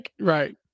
right